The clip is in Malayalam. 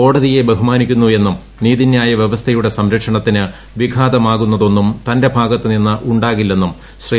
കോടതിയെ ബഹുമാനിക്കുന്നു എന്നും നീതിനൃായ വൃവസ്ഥയുടെ സംരക്ഷണത്തിന് വിഘാതമാകുന്ന തൊന്നും തന്റെ ഭാഗത്ത് നിന്ന് ഉണ്ടാകില്ലെന്നും ശ്രീ